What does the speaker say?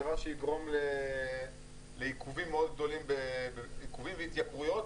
דבר שיגרום לעיכובים מאוד גדולים וגם התייקרויות.